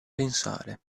pensare